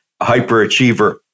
hyperachiever